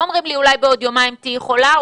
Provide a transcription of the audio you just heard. לא אומרים לי: אולי בעוד יומיים תהיי חולה,